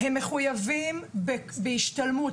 הם מחויבים בהשתלמות.